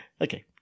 Okay